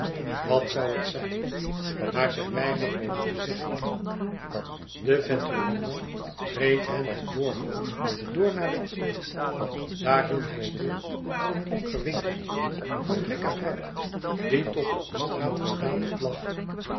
wat zoû het zijn maar zij weigerde nog te zeggen de vetturino reed hen het ugo door naar den tiber daar hield hij stil voor een donker winkeltje van bric à brac die tot op de straat gestapeld lag